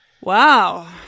Wow